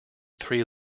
three